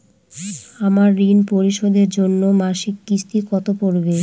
আমার ঋণ পরিশোধের জন্য মাসিক কিস্তি কত পড়বে?